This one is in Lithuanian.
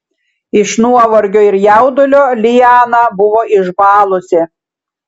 iš nuovargio ir jaudulio liana buvo išbalusi